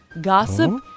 Gossip